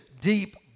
deep